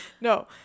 No